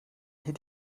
hier